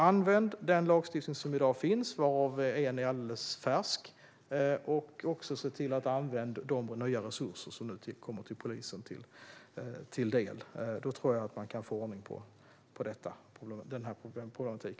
Använd den lagstiftning som finns i dag, varav en är alldeles färsk. Se också till att använda de nya resurser som nu kommer polisen till del. Då tror jag att man kan få ordning också på denna problematik.